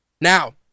Now